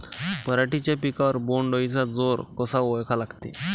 पराटीच्या पिकावर बोण्ड अळीचा जोर कसा ओळखा लागते?